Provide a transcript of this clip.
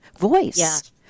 voice